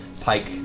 pike